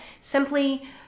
simply